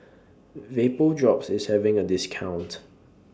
Vapodrops IS having A discount